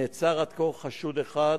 נעצר עד כה חשוד אחד,